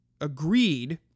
agreed